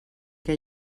que